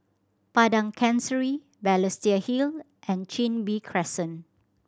Padang Chancery Balestier Hill and Chin Bee Crescent